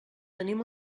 tenim